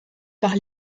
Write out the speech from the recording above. par